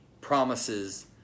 promises